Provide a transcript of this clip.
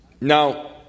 Now